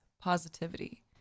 positivity